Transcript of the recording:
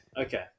okay